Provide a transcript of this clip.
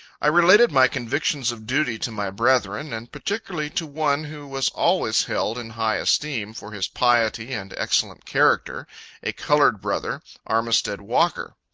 i related my convictions of duty to my brethren, and particularly to one who was always held in high esteem for his piety and excellent character a colored brother, armistead walker.